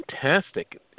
Fantastic